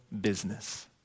business